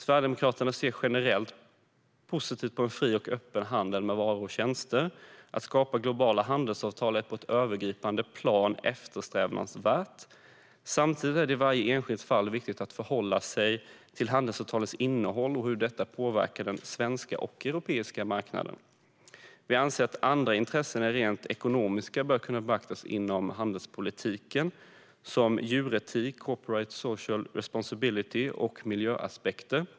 Sverigedemokraterna ser generellt positivt på en fri och öppen handel med varor och tjänster. Att skapa globala handelsavtal är på ett övergripande plan eftersträvansvärt. Samtidigt är det i varje enskilt fall viktigt att förhålla sig till handelsavtalens innehåll och hur de påverkar den svenska och europeiska marknaden. Vi anser att andra intressen än rent ekonomiska bör kunna beaktas inom handelspolitiken, till exempel djuretik, corporate social responsibility och miljöaspekter.